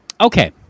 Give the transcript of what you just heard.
Okay